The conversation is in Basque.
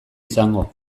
izango